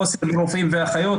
חוסר ברופאים ואחיות,